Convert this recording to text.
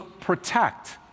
protect